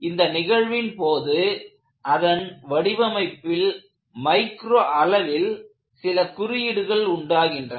இந்த நிகழ்வின் போது அதன் வடிவமைப்பில் மைக்ரோ அளவில் சில குறியீடுகள் உண்டாகின்றன